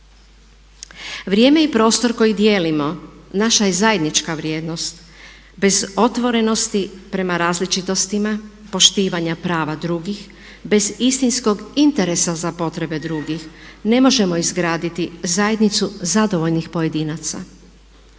Vrijeme i prostor koji dijelimo naša je zajednička vrijednost bez otvorenosti prema različitostima, poštivanja prava drugih bez istinskog interesa za potrebe drugih ne možemo izgraditi zajednicu zadovoljnih pojedinaca.